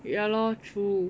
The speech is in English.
ya lor true